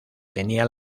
tenía